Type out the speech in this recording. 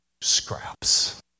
scraps